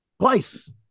twice